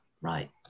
right